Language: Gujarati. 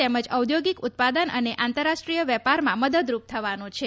તેમજ ઓઘોગિક ઉત્પાદન અને આંતરરાષ્ટ્રીય વેપારમાં મદદરૂપ થવાનો છે